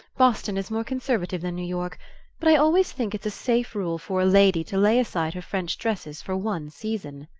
boston is more conservative than new york but i always think it's a safe rule for a lady to lay aside her french dresses for one season,